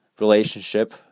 relationship